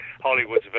Hollywood's